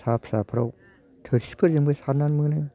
फिसा फिसाफ्राव थोरसिफोरजोंबो सारनानै मोनो